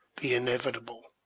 the inevitable,